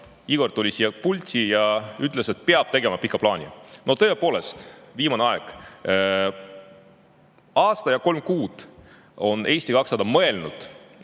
Igor tuli siia pulti ja ütles, et peab tegema pika plaani. Tõepoolest, viimane aeg. Aasta ja kolm kuud on Eesti 200 mõelnud,